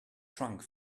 trunk